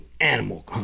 Animal